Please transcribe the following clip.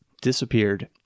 disappeared